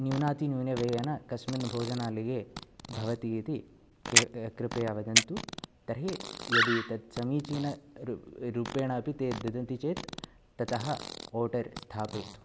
न्यूनातिन्यूनव्ययेन कस्मिन् भोजनालये भवतीति के कृपया वदन्तु तर्हि यदि तद् समीचीनरू रूपेण अपि ते ददति चेत् ततः आर्डर् स्थापयतु